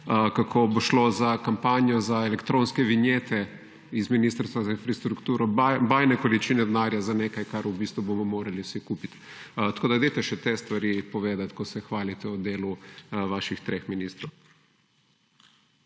kako bo šlo za kampanjo za elektronske vinjete iz Ministrstva za infrastrukturo, bajne količine denarja za nekaj, kar v bistvu bomo morali vsi kupit. Tako da dajte še te stvari povedat, ko se hvalite o delu vaših 3 ministrov.